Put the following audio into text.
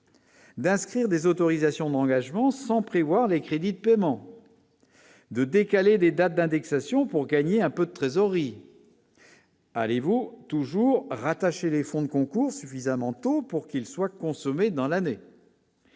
D'inscrire des autorisations d'engagement sans prévoir les crédits de paiement de décaler les dates d'indexation pour gagner un peu de trésorerie. Allez-vous toujours rattachés les fonds de concours suffisamment tôt pour qu'il soit consommé dans l'année.